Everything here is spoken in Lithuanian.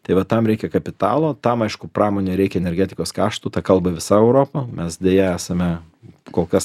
tai va tam reikia kapitalo tam aišku pramonei reikia energetikos kaštų tą kalba visa europa mes deja esame kol kas